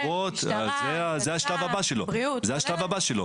זה בוט, וזה השלב הבא שלו.